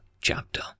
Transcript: chapter